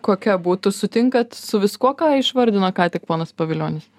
kokia būtų sutinkat su viskuo ką išvardino ką tik ponas pavilionis